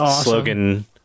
slogan